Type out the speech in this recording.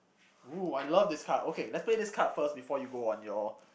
!woo! I love this card okay let's play this card first before you go on your